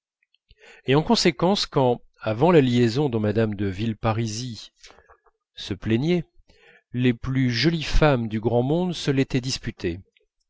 et en conséquence quand avant la liaison dont mme de villeparisis se plaignait les plus jolies femmes du grand monde se l'étaient disputé